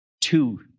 two